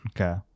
Okay